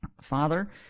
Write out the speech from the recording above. Father